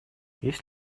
есть